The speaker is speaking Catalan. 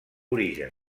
origen